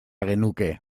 genuke